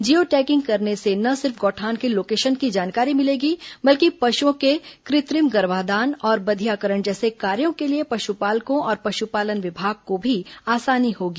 जियो tagging करने से न सिर्फ गौठान के लोकेशन की जानकारी मिलेगी बल्कि पशुओं के कृत्रिम गर्भाधान और बधियाकरण जैसे कार्यों के लिए पशुपालकों और पशुपालन विभाग को भी आसानी होगी